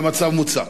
למצב מוצק.